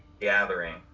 gathering